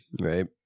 Right